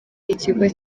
ikigo